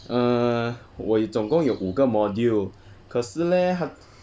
err 我总共有五个 module 可是 leh !huh!